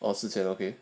oh 四千